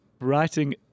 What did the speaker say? writing